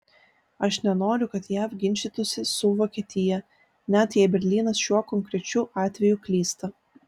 aš nenoriu kad jav ginčytųsi su vokietija net jei berlynas šiuo konkrečiu atveju klysta